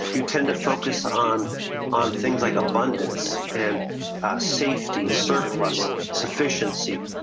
you tend to focus on on things like abundance and safety, surplus, sufficiency,